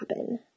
happen